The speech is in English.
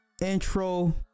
intro